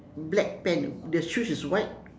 black pant the shoes is white